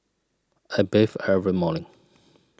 I bathe every morning